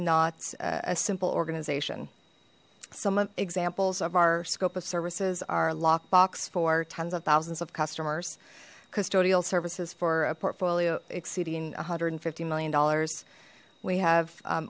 not a simple organization some of examples of our scope of services are lockbox for tens of thousands of customers custodial services for a portfolio exceeding one hundred and fifty million dollars we have